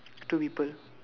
two people